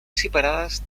separadas